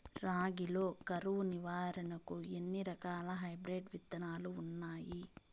రాగి లో కరువు నివారణకు ఎన్ని రకాల హైబ్రిడ్ విత్తనాలు ఉన్నాయి